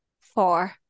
four